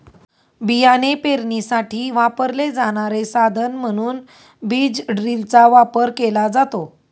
बियाणे पेरणीसाठी वापरले जाणारे साधन म्हणून बीज ड्रिलचा वापर केला जातो